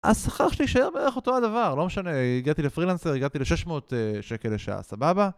השכר שלי שיהיה בערך אותו הדבר, לא משנה, הגעתי לפרילנסר, הגעתי לשש מאות שקל לשעה סבבה